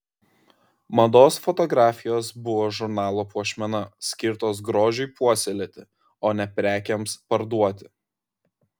mados fotografijos buvo žurnalo puošmena skirtos grožiui puoselėti o ne prekėms parduoti